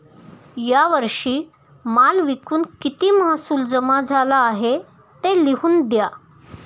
या वर्षी माल विकून किती महसूल जमा झाला आहे, ते लिहून द्या